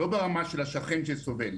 לא ברמה של השכן שסובל.